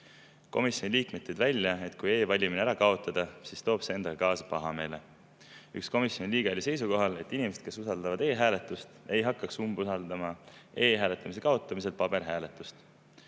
Komisjoni liikmed leidsid, et kui e‑valimine ära kaotada, siis toob see endaga kaasa pahameele. Üks komisjoni liige oli seisukohal, et inimesed, kes usaldavad e‑hääletust, ei hakkaks umbusaldama e‑hääletamise kaotamisel paberhääletust.